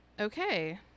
Okay